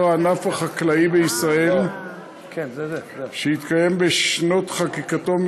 הענף החקלאי בישראל שהתרחש בשנות חקיקתו,